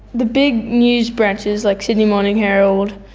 the big news branches like sydney morning herald,